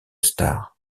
stars